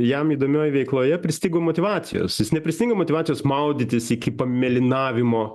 jam įdomioj veikloje pristigo motyvacijos jis nepristinga motyvacijos maudytis iki pamėlynavimo